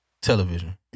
television